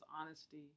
honesty